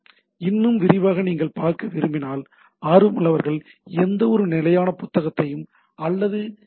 இன்னும் விரிவாக நீங்கள் பார்க்க விரும்பினால் ஆர்வமுள்ளவர்கள் எந்தவொரு நிலையான புத்தகத்தையும் அல்லது ஆர்